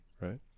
right